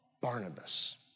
Barnabas